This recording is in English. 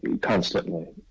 constantly